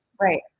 right